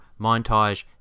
montage